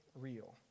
real